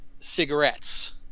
cigarettes